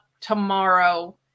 tomorrow